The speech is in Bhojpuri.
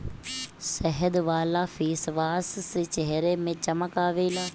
शहद वाला फेसवाश से चेहरा में चमक आवेला